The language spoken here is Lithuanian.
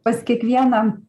pas kiekvieną